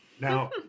now